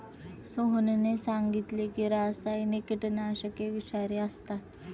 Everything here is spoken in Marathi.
सोहनने सांगितले की रासायनिक कीटकनाशके विषारी असतात